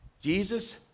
Jesus